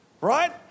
Right